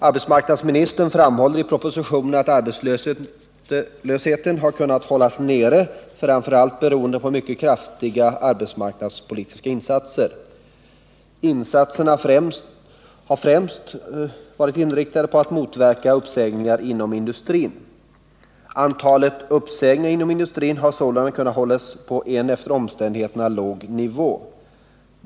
Arbetsmarknadsministern framhåller i propositionen att arbetslösheten har kunnat hållas nere framför allt beroende på mycket kraftiga arbetsmarknadspolitiska insatser. Insatserna har främst varit inriktade på att motverka uppsägningar inom industrin. Antalet uppsägningar inom industrin har sålunda kunnat hållas på en efter omständigheterna låg nivå.